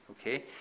okay